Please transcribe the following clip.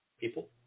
people